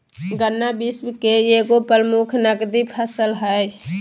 गन्ना विश्व के एगो प्रमुख नकदी फसल हइ